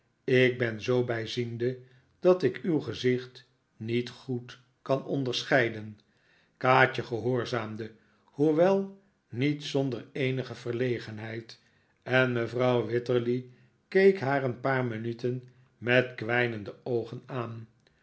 ik ben zoo bijziende dat ik uw gezicht niet goed kan onderscheiden kaatje gehoorzaamde hoewel niet zonder eenige verlegenheid en mevrouw wititterly keek haar een paar minuten met kwijnende oogen aan